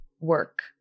work